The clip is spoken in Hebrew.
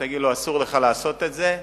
תגיד לו: אסור לך לעשות את זה,